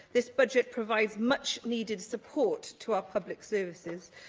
this budget provides much needed support to our public services,